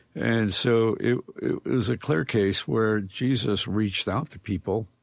and so it is a clear case where jesus reached out to people,